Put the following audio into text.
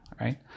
right